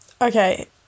Okay